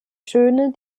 schöne